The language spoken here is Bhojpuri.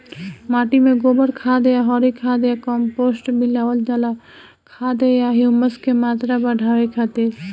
माटी में गोबर खाद या हरी खाद या कम्पोस्ट मिलावल जाला खाद या ह्यूमस क मात्रा बढ़ावे खातिर?